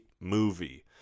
movie